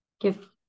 give